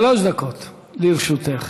שלוש דקות לרשותך.